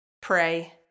pray